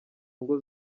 ngo